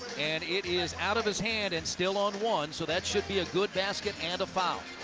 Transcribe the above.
and it is out of his hand and still on one. so that should be a good basket and a foul.